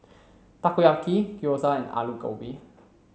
Takoyaki Gyoza and Alu Gobi